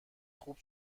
خوب